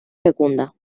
fecunda